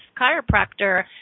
chiropractor